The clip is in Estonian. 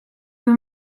kui